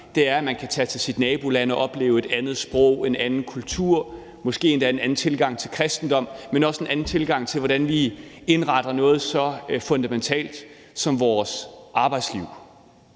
Det er, at man kan tage til sit naboland og opleve et andet sprog og en anden kultur, måske endda en anden tilgang til kristendom, men også en anden tilgang til, hvordan vi indretter noget så fundamentalt som vores arbejdsliv.